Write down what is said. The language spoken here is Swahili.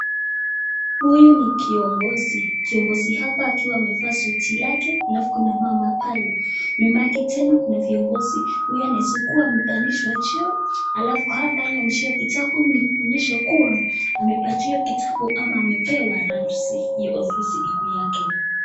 Huyu ni kiongozi, kiongozi hapa akiwa amevaa suti lake alafu kuna mama pale. Nyuma yake tena kuna viongozi huyu anaweza kuwa amepandishwa cheo ata hiyo ameshika kitabu ni kuonyesha kuwa amepatiwa kitabu ama amepewa rasmi hiyo ofisi ikuwe yake.